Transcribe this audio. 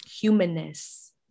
humanness